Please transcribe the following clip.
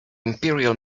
imperial